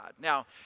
Now